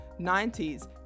90s